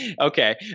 okay